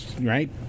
right